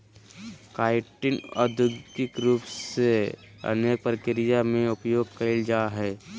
chitin औद्योगिक रूप से अनेक प्रक्रिया में उपयोग कइल जाय हइ